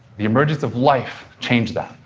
the emergence of life changed that.